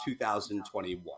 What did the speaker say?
2021